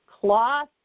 cloth